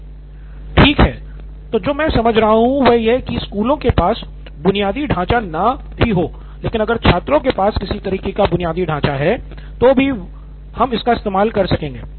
professor ठीक है तो जो मैं समझ रहा हूं वह यह है कि स्कूलों के पास बुनियादी ढाँचा न भी हो लेकिन अगर छात्रों के पास किसी तरह का बुनियादी ढाँचा है तो भी हम इसका इस्तेमाल कर सकेंगे